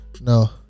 No